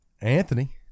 Anthony